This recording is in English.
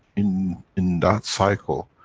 in, in that cycle.